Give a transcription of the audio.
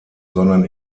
sondern